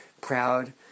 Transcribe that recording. proud